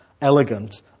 elegant